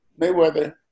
Mayweather